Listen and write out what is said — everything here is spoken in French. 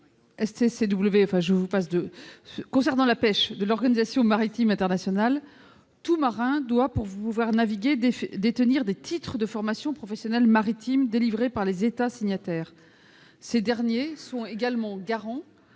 concernant la pêche, tout marin doit, pour pouvoir naviguer, détenir des titres de formation professionnelle maritime délivrés par les États signataires. Ces derniers sont également garants